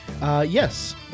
Yes